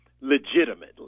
legitimately